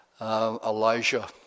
Elijah